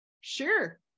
Sure